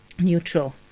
neutral